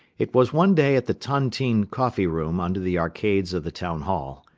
it was one day at the tontine coffee-room under the arcades of the town hall,